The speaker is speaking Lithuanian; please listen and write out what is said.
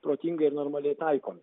protingai ir normaliai taikomi